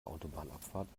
autobahnabfahrt